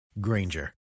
Granger